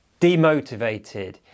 demotivated